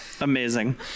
Amazing